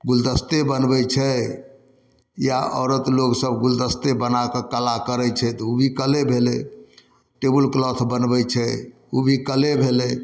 गुलदस्ते बनबै छै या औरत लोकसभ गुलदस्ते बनाकऽ कला करै छै तऽ ओ भी कले भेलै टेबुल क्लॉथ बनबै छै ओ भी कले भेलै